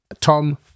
Tom